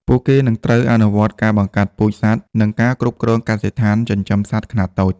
ពួកគេនឹងត្រូវអនុវត្តការបង្កាត់ពូជសត្វនិងការគ្រប់គ្រងកសិដ្ឋានចិញ្ចឹមសត្វខ្នាតតូច។